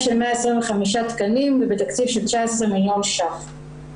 של 125 תקנים ובתקציב של 19 מיליון ₪.